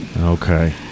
Okay